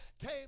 came